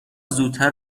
زودتر